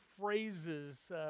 phrases